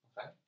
Okay